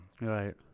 Right